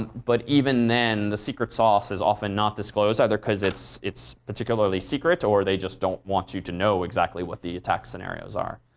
but even then, the secret sauce is often not disclosed, either because it's it's particularly secret or they just don't want you to know exactly what the attack scenarios are.